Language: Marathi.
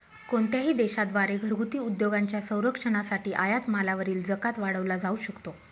कोणत्याही देशा द्वारे घरगुती उद्योगांच्या संरक्षणासाठी आयात मालावरील जकात वाढवला जाऊ शकतो